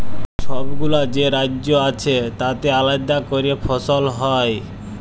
ছবগুলা যে রাজ্য আছে তাতে আলেদা ক্যরে ফসল হ্যয়